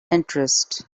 interest